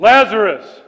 Lazarus